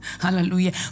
Hallelujah